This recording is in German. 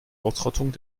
ausrottung